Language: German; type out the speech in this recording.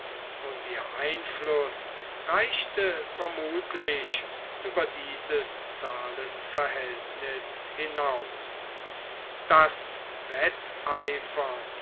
und ihr einfluß reichte vermutlich über dieses zahlenverhältnis hinaus daß wetteifernd